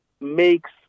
makes